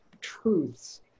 truths